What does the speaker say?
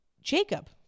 jacob